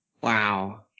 Wow